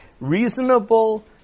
reasonable